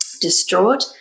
distraught